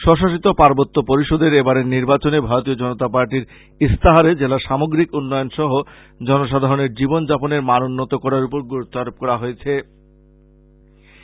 স্বশাসিত পার্বত্য পরিষদের এবারের নির্বাচনে ভারতীয় জনতা পার্টির ইস্তাহারে জেলার সামগ্রিক উন্নয়ন সহ জনসাধারনের জীবন যাপনের মান উন্নত করার উপর গুরুত্ব আরোপ করা হয়